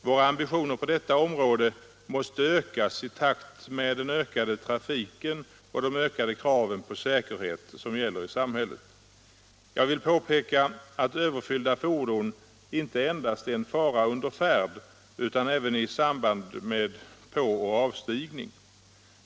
Våra ambitioner på detta område måste ökas i takt med den ökade trafiken och de ökade krav på säkerhet som gäller i samhället. Jag vill påpeka att överfyllda fordon är en fara inte endast under färd utan även i samband med påoch avstigning.